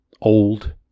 old